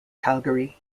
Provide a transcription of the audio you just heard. calgary